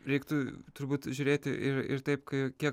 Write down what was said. reiktų turbūt žiūrėti ir ir taip kai kiek